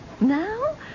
Now